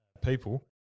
people